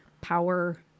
power